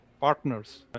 partners